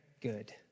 good